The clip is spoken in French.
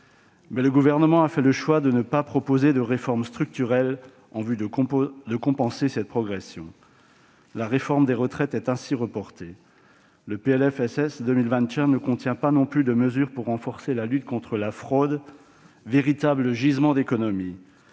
le Gouvernement a fait le choix de ne pas proposer de réformes structurelles en compensation de cette progression ; la réforme des retraites est ainsi reportée. Le PLFSS pour 2021 ne contient pas non plus de mesures pour renforcer la lutte contre la fraude, véritable gisement d'économies